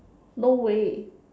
no way